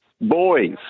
Boys